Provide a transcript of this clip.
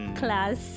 class